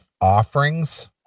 offerings